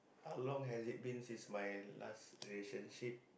how long has it been since my last relationship